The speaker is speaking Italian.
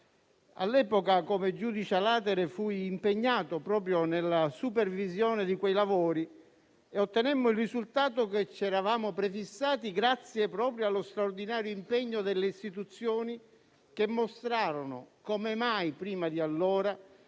All'epoca, come giudice *a latere*, fui impegnato proprio nella supervisione di quei lavori e ottenemmo il risultato che ci eravamo prefissati proprio grazie allo straordinario impegno delle istituzioni che mostrarono, come mai prima di allora,